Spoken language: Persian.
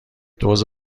دُز